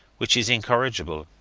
which is incorrigible,